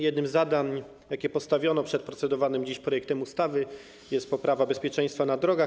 Jednym z zadań, jakie postawiono przed procedowanym dziś projektem ustawy, jest poprawa bezpieczeństwa na drogach.